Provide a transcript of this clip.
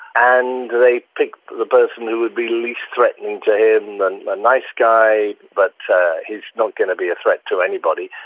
and they picked the person who would be least threatening to him a nice guy but he's not going to be a threat to anybody.